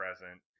present